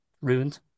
Ruined